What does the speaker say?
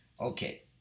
Okay